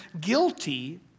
guilty